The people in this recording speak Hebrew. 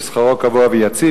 ששכרו קבוע ויציב,